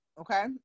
Okay